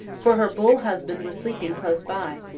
for her bull husband was sleeping close by.